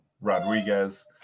Rodriguez